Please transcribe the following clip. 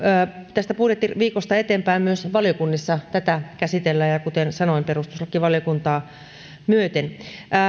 tästä budjettiviikosta eteenpäin myös valiokunnissa tätä käsitellään ja kuten sanoin perustuslakivaliokuntaa myöten